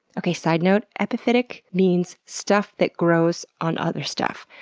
okay, side note epiphytic means stuff that grows on other stuff.